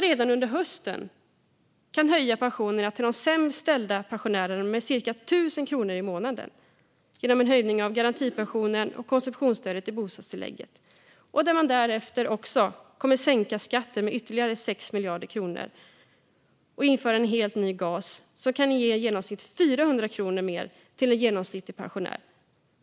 Redan under hösten kan man höja pensionerna till de sämst ställda pensionärerna med cirka 1 000 kronor i månaden genom en höjning av garantipensionen och konsumtionsstödet i bostadstillägget. Därefter kommer man att sänka skatten med ytterligare 6 miljarder kronor och införa en helt ny gas som kan ge i genomsnitt 400 kronor mer till en genomsnittlig pensionär.